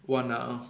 one ah orh